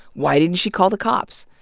why didn't she call the cops?